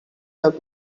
have